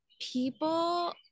people